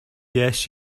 yes